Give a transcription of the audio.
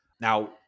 now